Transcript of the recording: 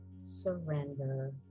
surrender